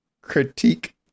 critique